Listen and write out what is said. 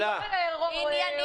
עניינית,